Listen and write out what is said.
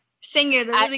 singer